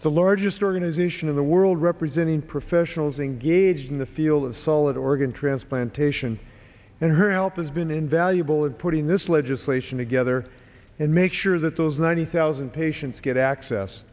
n the largest organization in the world representing professionals engaged in the field of solid organ transplantation and her health has been invaluable in putting this legislation together and make sure that those ninety thousand patients get access